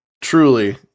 Truly